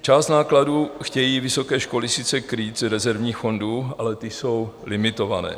Část nákladů chtějí vysoké školy sice krýt z rezervních fondů, ale ty jsou limitované.